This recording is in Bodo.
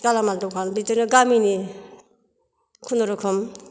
गालामाल दखान बिदिनो गामिनि खुनुरुखुम